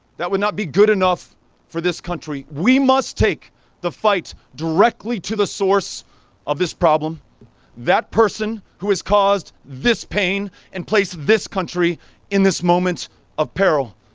that would not be good enough for this country. we must take the fight directly to the source of this problem that person who has caused this pain and placed this country in this moment of peril.